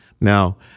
Now